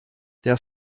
der